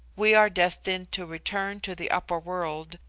we are destined to return to the upper world,